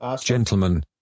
gentlemen